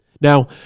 Now